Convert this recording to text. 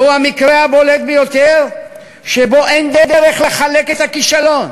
זהו המקרה הבולט ביותר שבו אין דרך לחלק את הכישלון,